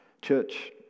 Church